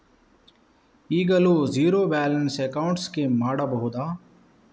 ಈಗಲೂ zero balance account scheme ಮಾಡಬಹುದಾ?